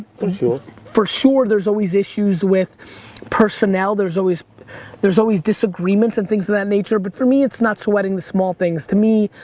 for sure for sure there's always issues with personnel, there's always there's always disagreements and things of that nature, but for me, it's not sweating the small things. to me,